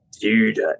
dude